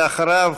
ואחריו,